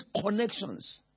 connections